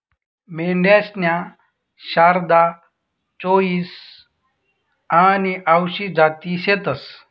मेंढ्यासन्या शारदा, चोईस आनी आवसी जाती शेतीस